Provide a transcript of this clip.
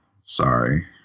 sorry